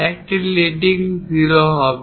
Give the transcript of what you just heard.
এটি লিডিং 0 হবে